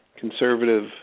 conservative